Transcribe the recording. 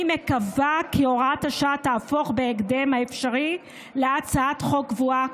אני מקווה כי הוראת השעה תהפוך בהקדם האפשרי להצעת חוק קבועה,